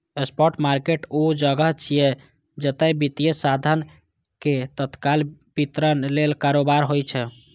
spot market ऊ जगह छियै, जतय वित्तीय साधन के तत्काल वितरण लेल कारोबार होइ छै